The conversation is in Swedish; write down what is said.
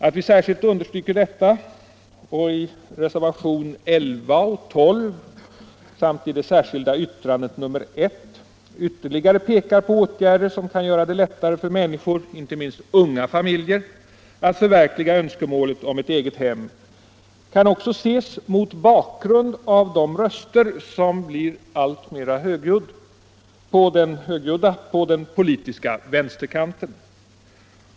Att vi särskilt understryker detta och att vi i reservationerna 11 och 12 samt i det särskilda yttrandet nr 1 ytterligare pekar på åtgärder som kan göra det lättare för människor, inte minst för unga familjer, att förverkliga önskemålet om ett egethem kan också ses mot bakgrund av de röster på den politiska vänsterkanten som nu blir alltmer högljudda.